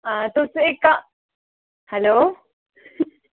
आं तुस इक्क कम्म हैलो